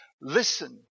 Listen